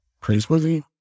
praiseworthy